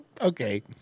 Okay